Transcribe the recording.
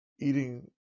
eating